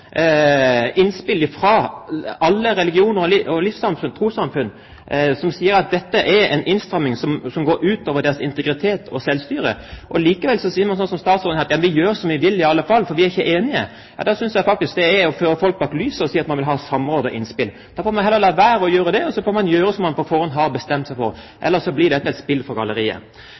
innspill fra alle religions- og livssynssamfunn, trossamfunn, som sier at dette er en innstramming som går ut over deres integritet og selvstyre. Likevel sier man, som statsråden her, at ja, men vi gjør som vi vil i alle fall, for vi er ikke enige. Da synes jeg faktisk det er å føre folk bak lyset å si at man vil ha samråd og innspill. Man får heller la være å gjøre det, og så får man gjøre som man på forhånd har bestemt seg for, ellers blir dette et spill for galleriet.